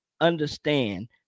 Understand